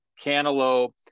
cantaloupe